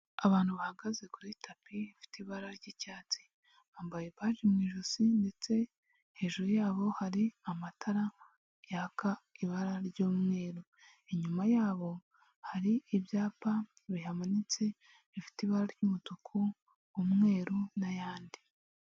Abantu bahagaze kuri tapi ifite ibara ry'icyatsi bambaye baji mu ijosi ndetse hejuru yabo hari amatara yaka ibara ry'umweru inyuma yabo hari ibyapa bihamanitse bifite ibara ry'umutuku, umweru n'ayandi.